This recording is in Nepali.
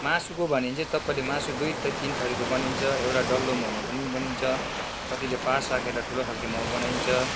मासुको भन्यो भने चाहिँ तपाईँले मासु दुई तिन थरिको बनिन्छ एउटा डल्लो मोमो पनि बनिन्छ कतिले पास राखेर ठुलो खालको मोमो बनाइन्छ